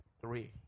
three